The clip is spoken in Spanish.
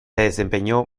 desempeñó